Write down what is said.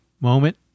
moment